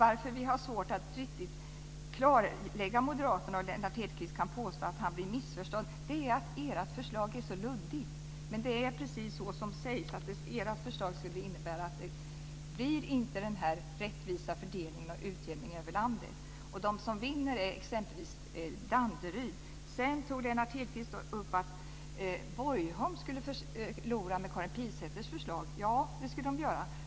Att vi har svårt att riktigt klarlägga varför moderaterna och Lennart Hedquist kan påstå att de blir missförstådda beror på att moderaternas förslag är så luddigt. Men det är precis som sägs, att ert förslag skulle innebära att det inte blir en rättvis fördelning och utjämning över landet. De som vinner är exempelvis Danderyd. Sedan tog Lennart Hedquist upp att Borgholm skulle förlora med Karin Pilsäters förslag. Ja, det skulle man göra.